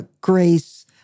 grace